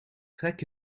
trek